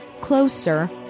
closer